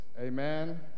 Amen